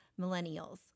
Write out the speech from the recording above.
millennials